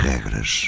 Regras